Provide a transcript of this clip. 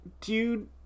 dude